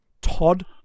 Todd